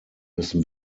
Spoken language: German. müssen